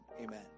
Amen